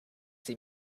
see